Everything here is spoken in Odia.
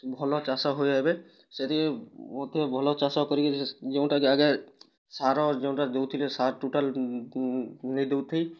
ଭଲ ଚାଷ ହୁଏ ଏବେ ସେଥିପାଇଁ ମତେ ଭଲ ଚାଷ କରି ଯେଉଁଟା ଆଗେ ସାର ଯେଉଁଟା ଦେଉଥିଲେ ସାର ଟୋଟାଲ୍ ନାଇ ଦେଉଥାଇ